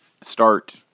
start